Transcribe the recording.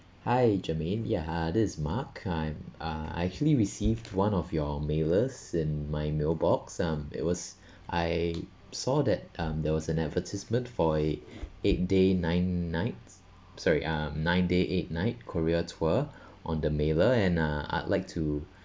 hi jermaine ya uh this is mark I'm uh I actually received one of your mailers in my mailbox um it was I saw that um there was an advertisement for a eight day nine nights sorry um nine day eight night korea tour on the mailer and uh I'd like to